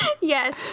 Yes